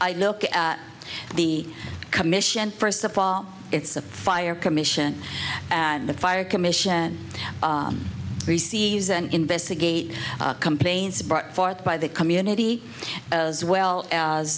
i look at the commission first of all it's a fire commission and the fire commission receives and investigate complaints brought forth by the community as well as